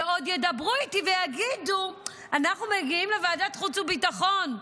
ועוד ידברו איתי ויגידו: אנחנו מגיעים לוועדת החוץ והביטחון.